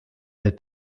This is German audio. der